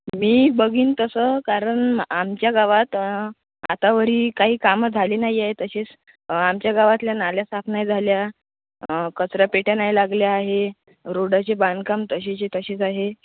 मी बघेन तसं कारण आमच्या गावात आतावरी काही कामं झाली नाही आहे तसेच आमच्या गावातल्या नाल्या साफ नाही झाल्या कचऱ्यापेट्या नाही लागल्या आहे रोडाचे बांधकाम तशेचे तसेच आहे